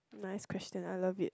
nice question I love it